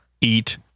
eat